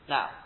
Now